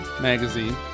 magazine